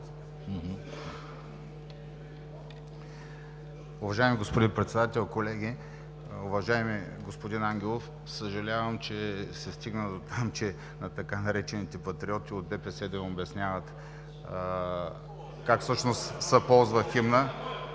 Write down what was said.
Уважаеми господин Председател, колеги! Уважаеми господин Ангелов, съжалявам, че се стигна дотам, че на така наречените „патриоти“ от ДПС да им обясняват как всъщност се ползва химнът.